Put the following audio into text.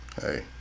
Hey